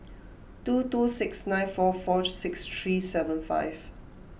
two two six nine four four six three seven five